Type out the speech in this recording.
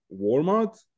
Walmart